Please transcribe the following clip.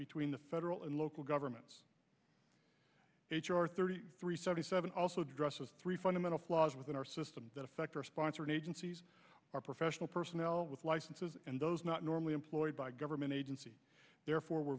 between the federal and local governments h r thirty three seventy seven also dresses three fundamental flaws within our system that affect our sponsored agencies our professional personnel with licenses and those not normally employed by government agency therefore were